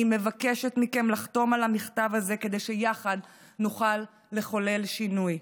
אני מבקשת מכם לחתום על המכתב הזה כדי שיחד נוכל לחולל שינוי.